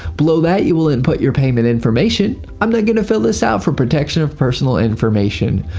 below that you will input your payment information. i'm not going to fill this out for protection of personal information.